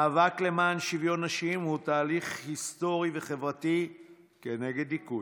המאבק למען שוויון נשים הוא תהליך היסטורי וחברתי נגד דיכוי,